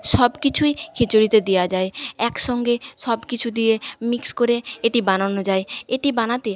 সব কিছুই খিচুড়িতে দেয়া যায় একসঙ্গে সব কিছু দিয়ে মিক্স করে এটি বানানো যায় এটি বানাতে